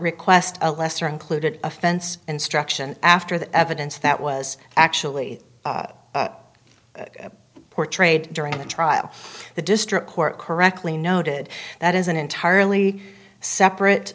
request a lesser included offense instruction after the evidence that was actually portrayed during the trial the district court correctly noted that is an entirely separate